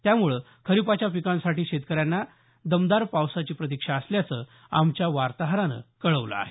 त्यामुळे खरीपाच्या पिकांसाठी शेतकऱ्यांना दमदार पावसाची प्रतीक्षा असल्याचं आमच्या वार्ताहरानं कळवलं आहे